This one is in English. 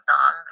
on